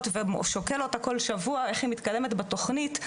ושוקל אותה כל שבוע איך היא מתקדמת בתוכנית,